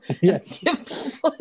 Yes